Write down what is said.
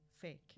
fake